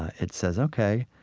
it says, ok,